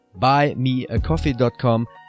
Buymeacoffee.com